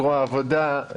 זרוע העבודה,